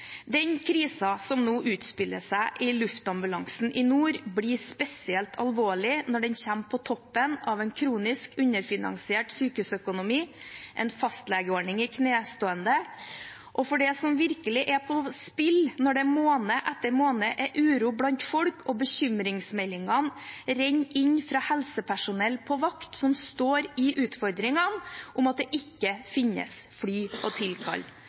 Den krisen som nå utspiller seg i luftambulansen i nord, blir spesielt alvorlig når den kommer på toppen av en kronisk underfinansiert sykehusøkonomi, en fastlegeordning i knestående. Det er det som virkelig er i spill når det måned etter måned er uro blant folk, og bekymringsmeldingene renner inn fra helsepersonell på vakt som står i utfordringene med at det ikke finnes fly å tilkalle. Da er det folks trygghet og